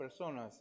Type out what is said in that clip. personas